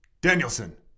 Danielson